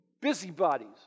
busybodies